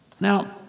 Now